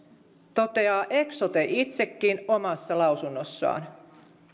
toteaa eksote itsekin omassa lausunnossaan